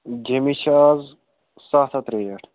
جیٚمِس چھِ اَز سَتھ ہَتھ ریٚٹ